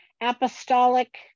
apostolic